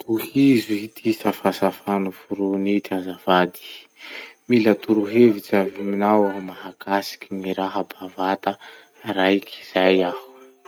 Tohizo ity safasafa noforony ity azafady: "Mila torohevitsy avy aminao aho mahakasika raha bavata raiky zay aho.